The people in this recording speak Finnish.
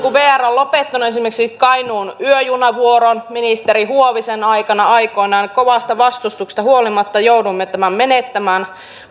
kun vr on lopettanut esimerkiksi kainuun yöjunavuoron ministeri huovisen aikana aikoinaan kovasta vastustuksesta huolimatta jouduimme tämän menettämään niin